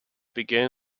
begin